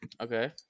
Okay